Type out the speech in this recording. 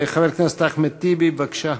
חבר הכנסת אחמד טיבי, בבקשה.